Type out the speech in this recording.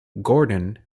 gordon